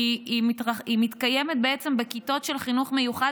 כי היא מתקיימת בעצם בכיתות של חינוך מיוחד